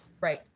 right